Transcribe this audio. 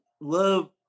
love